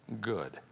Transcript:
good